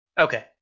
Okay